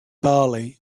bali